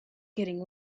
getting